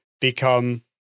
become